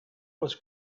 was